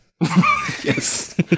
yes